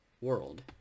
world